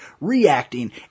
Reacting